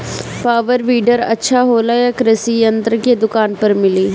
Power weeder अच्छा होला यह कृषि यंत्र के दुकान पर मिली?